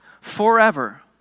forever